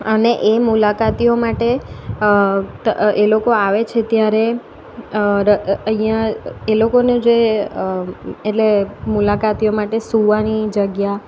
અને એ મુલાકાતીઓ માટે એ લોકો આવે છે ત્યારે ર અ અહીંયા એ લોકોને એટલે મુલાકાતીઓ માટે સુવાની જગ્યા